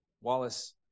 Wallace